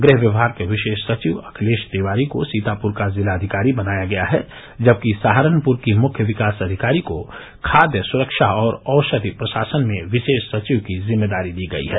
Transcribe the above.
गृह विभाग के विशेष सचिव अखिलेश तिवारी को सीतापुर का जिलाधिकारी बनाया गया है जबकि सहारनपुर की मुख्य विकास अधिकारी को खाद्य सुरक्षा और औषधि प्रशासन में विशेष सचिव की जिम्मेदारी दी गयी है